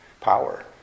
power